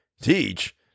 Teach